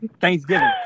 Thanksgiving